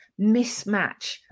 mismatch